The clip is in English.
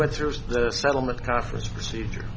went through the settlement conference procedure